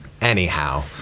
anyhow